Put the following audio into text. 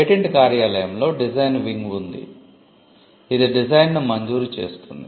patent కార్యాలయంలో design wing ను మంజూరు చేస్తుంది